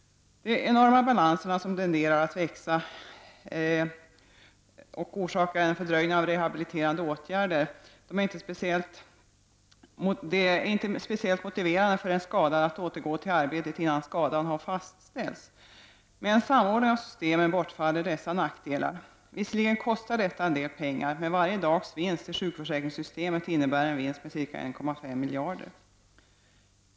De enorma balanserna som tenderar att växa orsakar en fördröjning av rehabiliterande åtgärder. Det är inte speciellt motiverande för den skadade att återgå till arbetet innan skadan har fastställts. Med en samordning av systemen bortfaller dessa nackdelar. Visserligen kostar detta en del pengar, men varje dags vinst i sjukförsäkringssystemet innebär en vinst på ca 1,5 miljarder.